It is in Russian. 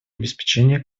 обеспечения